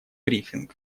брифинг